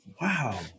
Wow